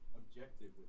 objective